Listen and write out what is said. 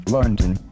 London